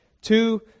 two